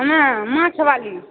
हँ माछवाली